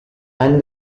and